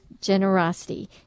generosity